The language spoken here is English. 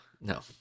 No